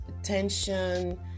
attention